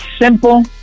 simple